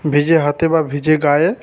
ভিজে হাতে বা ভিজে গায়ে